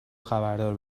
خبردار